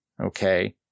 Okay